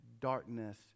darkness